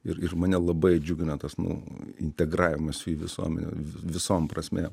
ir mane labai džiugina tas nu integravimas į visuomenę visom prasmem